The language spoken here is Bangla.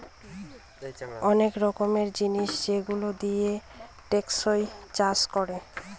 অনেক রকমের জিনিস যেগুলো দিয়ে টেকসই চাষ করে